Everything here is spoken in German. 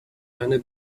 eine